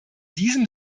diesem